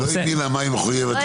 היא לא הבינה מה היא מחויבת.